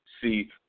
see